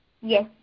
Yes